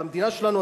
והמדינה שלנו,